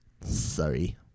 sorry